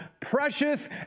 precious